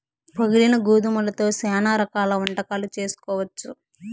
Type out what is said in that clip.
పగిలిన గోధుమలతో శ్యానా రకాల వంటకాలు చేసుకోవచ్చు